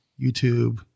YouTube